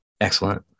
Excellent